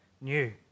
new